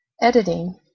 editing